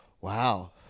Wow